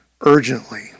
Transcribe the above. urgently